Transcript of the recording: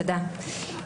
תודה.